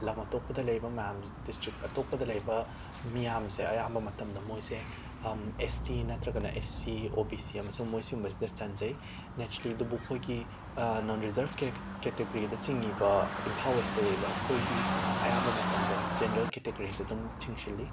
ꯂꯝ ꯑꯇꯣꯞꯄꯗ ꯂꯩꯔꯤꯕ ꯃꯌꯥꯝ ꯗꯤꯁꯇ꯭ꯔꯤꯛ ꯑꯇꯣꯞꯄꯗ ꯂꯩꯔꯤꯕ ꯃꯤꯌꯥꯝꯁꯦ ꯑꯌꯥꯝꯕ ꯃꯇꯝꯗ ꯃꯣꯏꯁꯦ ꯑꯦꯁ ꯇꯤ ꯅꯠꯇ꯭ꯔꯒꯅ S C O B C ꯑꯃꯁꯨꯡ ꯃꯣꯏ ꯁꯤꯒꯨꯝꯕꯁꯤꯗ ꯆꯟꯖꯩ ꯑꯗꯨꯕꯨ ꯑꯩꯈꯣꯏꯒꯤ ꯅꯟ ꯔꯤꯖꯔꯕ ꯀꯦ ꯀꯦꯇꯒꯔꯤꯗ ꯆꯤꯡꯂꯤꯕ ꯏꯝꯐꯥꯜ ꯋꯦꯁꯇ ꯂꯩꯔꯤꯕ ꯑꯩꯈꯣꯏꯗꯤ ꯑꯌꯥꯝꯕ ꯃꯇꯝꯗ ꯖꯦꯅꯔꯦꯜ ꯀꯦꯇꯒꯔꯤꯗ ꯑꯗꯨꯝ ꯆꯤꯡꯁꯤꯜꯂꯤ